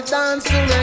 dancing